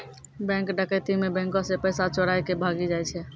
bank डकैती मे बैंको से पैसा चोराय के भागी जाय छै